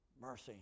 mercy